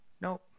Nope